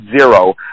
zero